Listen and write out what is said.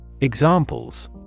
Examples